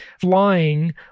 flying